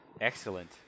excellent